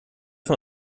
von